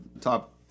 top